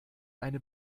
eine